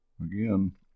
Again